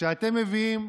השעון לא עובד.